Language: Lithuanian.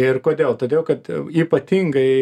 ir kodėl todėl kad ypatingai